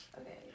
Okay